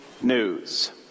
news